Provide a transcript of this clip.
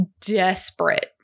desperate